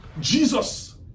jesus